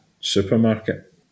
supermarket